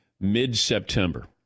mid-September